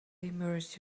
immerse